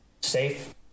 safe